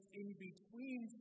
in-between